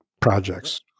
projects